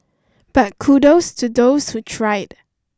but kudos to those who tried